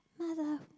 mother